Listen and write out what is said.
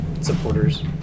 supporters